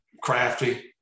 crafty